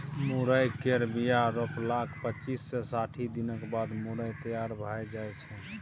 मुरय केर बीया रोपलाक पच्चीस सँ साठि दिनक बाद मुरय तैयार भए जाइ छै